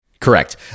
Correct